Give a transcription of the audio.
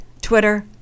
Twitter